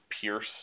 pierce